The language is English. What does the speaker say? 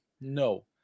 No